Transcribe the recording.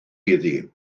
iddi